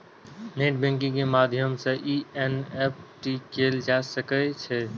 net banking के माध्यम सं एन.ई.एफ.टी कैल जा सकै छै